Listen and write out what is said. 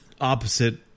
opposite